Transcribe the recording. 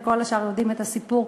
וכל השאר יודעים את הסיפור.